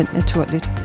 naturligt